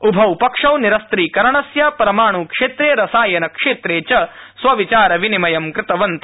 उभौ पक्षौ निरस्त्रीकरणस्य परमाण्क्षेत्रे रसायनक्षेत्रे च स्वविचारविनिमयं कृतवन्त